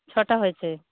ছটা হয়েছে